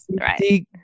Right